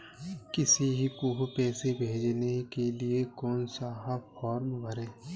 किसी को पैसे भेजने के लिए कौन सा फॉर्म भरें?